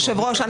היושב-ראש,